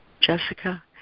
Jessica